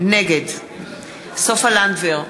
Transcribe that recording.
נגד סופה לנדבר,